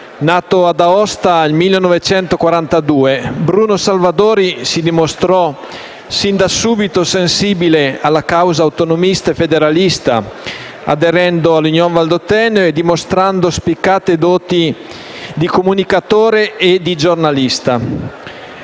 Nato ad Aosta nel 1942, Bruno Salvadori si dimostrò sin da subito sensibile alla causa autonomista e federalista, aderendo all’Union Valdôtaine e dimostrando spiccate doti di comunicatore e di giornalista.